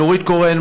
נורית קורן,